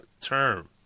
term